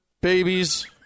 babies